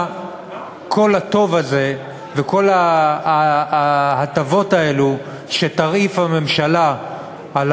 כל הטוב הזה וכל ההטבות האלה שתרעיף הממשלה על